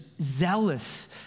zealous